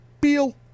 Beal